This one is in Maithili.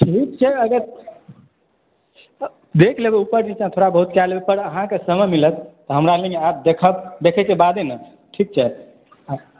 ठीक छै अगर देख लेबै ऊपर नीचा थोडा बहुत कय लेब पर अहाँकेॅं समय मिलत हमरा लग आयब देखब देखै के बादे ने ठीक छै